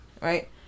right